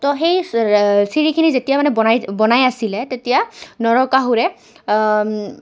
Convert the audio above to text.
তো সেই চিৰিখিনি যেতিয়া মানে বনাই বনাই আছিলে তেতিয়া নৰকাসুৰে